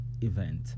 event